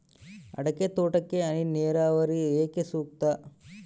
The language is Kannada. ಅಡಿಕೆ ತೋಟಕ್ಕೆ ಹನಿ ನೇರಾವರಿಯೇ ಏಕೆ ಸೂಕ್ತ?